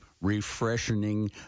refreshing